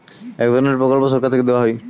এক ধরনের প্রকল্প সরকার থেকে দেওয়া হয়